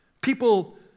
People